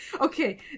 Okay